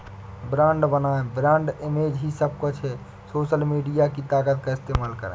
brand बनाएं, brand image ही सब कुछ है, सोशल मीडिया की ताकत का इस्तेमाल करें